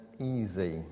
easy